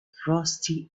frosty